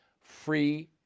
free